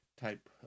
type